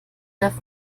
darf